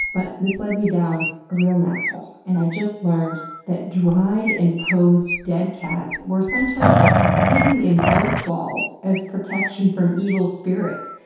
but this led me down a real nass-hole and i just learned that dried and posed dead cats were sometimes hidden in house walls as protection from evil spirits.